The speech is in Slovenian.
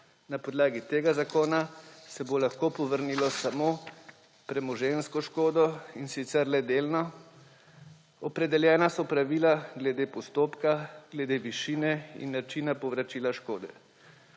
Na podlagi tega zakona se bo lahko povrnilo samo premoženjsko škodo, in sicer le delno. Opredeljena so pravila glede postopka, glede višine in načina povračila škode.